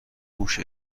هوش